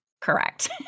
Correct